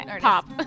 pop